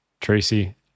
Tracy